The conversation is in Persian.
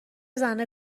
زنه